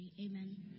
Amen